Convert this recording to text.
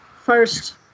first